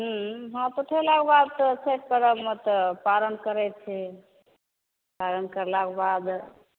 हूँ हाथ उठैलाके बाद तऽ छठि पर्बमे तऽ पारण करै छी पारण कयलाके बाद